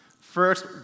First